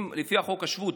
לפי חוק השבות,